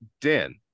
dan